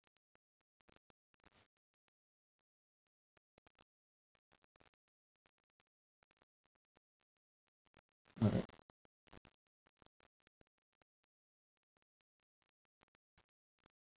uh uh